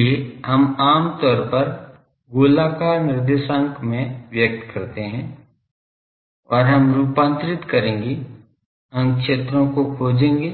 इसलिए हम आम तौर पर गोलाकार निर्देशांक में व्यक्त करते हैं और हम रूपांतरित करेंगे हम क्षेत्रों को खोजेंगे